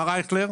מר אייכלר,